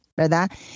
¿verdad